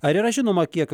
ar yra žinoma kiek